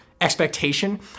expectation